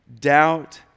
doubt